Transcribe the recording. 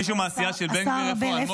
מישהו מהסיעה של בן גביר יודע?